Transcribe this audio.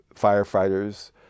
firefighters